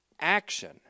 action